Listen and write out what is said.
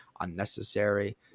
Unnecessary